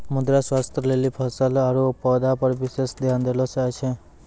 मृदा स्वास्थ्य लेली फसल आरु पौधा पर विशेष ध्यान देलो जाय छै